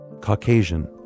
Caucasian